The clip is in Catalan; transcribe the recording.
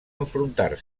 enfrontar